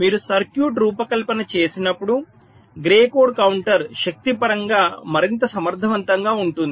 మీరు సర్క్యూట్ రూపకల్పన చేసినప్పుడు గ్రే కోడ్ కౌంటర్ శక్తి పరంగా మరింత సమర్థవంతంగా ఉంటుంది